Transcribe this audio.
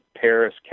Paris